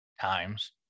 times